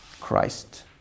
Christ